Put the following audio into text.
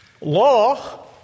Law